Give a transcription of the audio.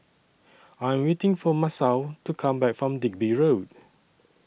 I'm waiting For Masao to Come Back from Digby Road